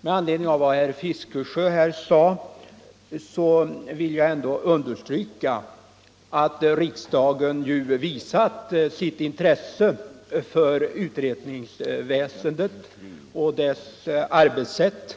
Med anledning av vad herr Fiskesjö sade vill jag ändå understryka att riksdagen vid ett flertal tillfällen visat sitt intresse för utredningsväsendet och dess arbetssätt.